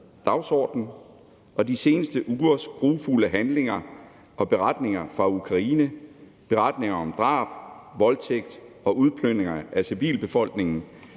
dagsorden, og de seneste ugers grufulde handlinger og beretninger fra Ukraine – beretninger om drab, voldtægt og udplyndringer af civilbefolkningen